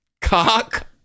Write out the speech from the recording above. cock